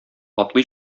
атлый